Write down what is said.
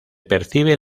percibe